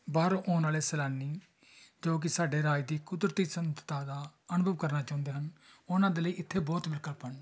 ਬਾਹਰੋਂ ਆਉਣ ਵਾਲੇ ਸੈਲਾਨੀ ਜੋ ਕਿ ਸਾਡੇ ਰਾਜ ਦੀ ਕੁਦਰਤੀ ਸੰਨਤਤਾ ਦਾ ਅਨੁਭਵ ਕਰਨਾ ਚਾਹੁੰਦੇ ਹਨ ਉਹਨਾਂ ਦੇ ਲਈ ਇੱਥੇ ਬਹੁਤ ਵਿਕਲਪ ਹਨ